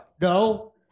no